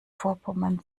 vorpommern